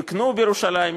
יקנו בירושלים,